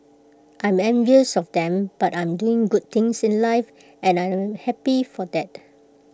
I'm envious of them but I'm doing good things in life and I am happy for that